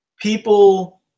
people